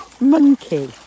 monkey